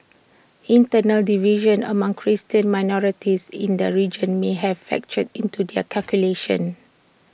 internal divisions among Christian minorities in the region may have factored into their calculations